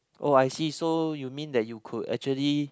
oh I see so you mean that you could actually